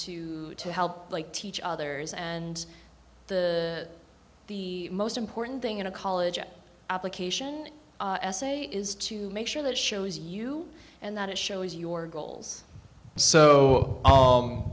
goals to help like teach others and the the most important thing in a college application essay is to make sure that shows you and that it shows your goals so